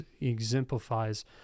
exemplifies